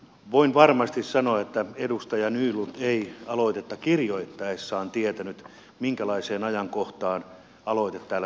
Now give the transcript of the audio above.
voin varmasti sanoa että edustaja nylund ei aloitetta kirjoittaessaan tietänyt minkälaiseen ajankohtaan aloite täällä salissa tulee